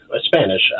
Spanish